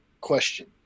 Question